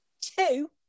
two